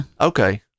Okay